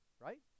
right